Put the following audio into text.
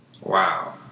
Wow